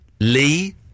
Lee